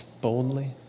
Boldly